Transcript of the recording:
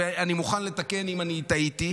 ואני מוכן לתקן אם טעיתי,